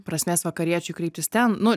prasmės vakariečiui kreiptis ten nu